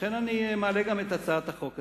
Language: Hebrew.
אני מעלה את הצעת החוק הזאת.